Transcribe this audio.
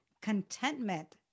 contentment